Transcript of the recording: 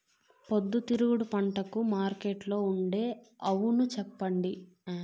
పొద్దుతిరుగుడు పంటకు మార్కెట్లో ఉండే అవును చెప్పండి?